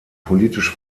politisch